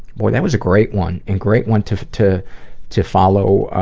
boy, that was a great one and great one to to to follow, ah,